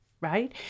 right